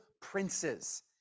princes